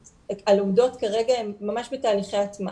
הלומדות כרגע הן ממש בתהליכי הטמעה,